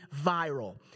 viral